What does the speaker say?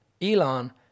Elon